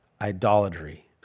idolatry